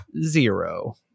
zero